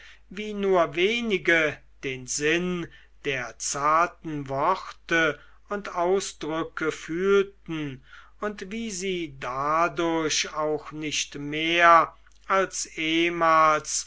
wie nur wenige den sinn der zarten worte und ausdrücke fühlten und wie sie dadurch auch nicht mehr als ehemals